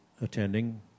attending